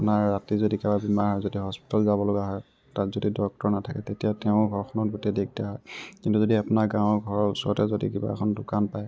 আপোনাৰ ৰাতি যদি কাৰোবাৰ বেমাৰ হৈছে তেওঁ হস্পিতাল যাব লগা হয় তাত যদি ডক্তৰ নাথাকে তেতিয়া তেওঁৰ ঘৰখনত গোটেই দিগদাৰ হয় কিন্তু যদি আপোনাৰ গাঁৱৰ ঘৰৰ ওচৰতে যদি কিবা এখন দোকান পায়